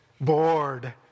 Bored